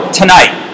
tonight